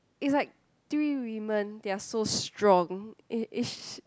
it's like three women they are so strong it it's